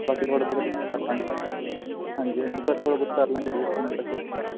ਬਾਕੀ ਥੋੜ੍ਹਾ ਬਹੁਤ ਐਡਜਸਟ ਕਰ ਲਵਾਂਗੇ ਹਾਂਜੀ ਹਾਂਜੀ ਪਰ ਥੋੜ੍ਹਾ ਬਹੁਤ ਕਰ ਲਵਾਂਗੇ ਐਡਜਸਮੈਂਟ ਫਿਰ